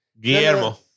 Guillermo